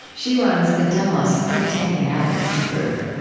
she runs the demos think tank and advocacy group.